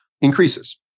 increases